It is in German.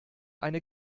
eine